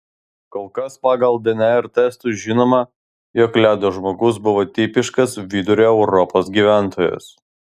kol kas pagal dnr testus žinoma jog ledo žmogus buvo tipiškas vidurio europos gyventojas